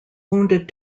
wounded